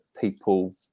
people